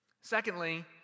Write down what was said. Secondly